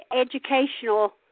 educational